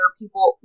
people